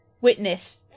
Witness